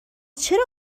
چرا